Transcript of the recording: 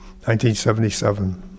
1977